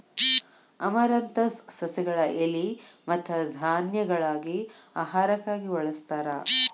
amaranthus ಸಸಿಗಳ ಎಲಿ ಮತ್ತ ಧಾನ್ಯಗಳಾಗಿ ಆಹಾರಕ್ಕಾಗಿ ಬಳಸ್ತಾರ